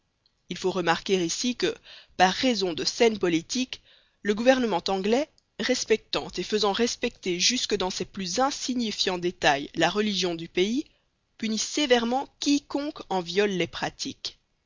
il faut remarquer ici que par raison de saine politique le gouvernement anglais respectant et faisant respecter jusque dans ses plus insignifiants détails la religion du pays punit sévèrement quiconque en viole les pratiques